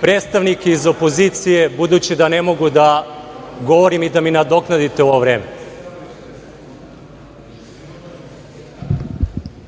predstavnike iz opozicije, budući da ne mogu da govorim i da mi nadoknadite ovo vreme. Dakle,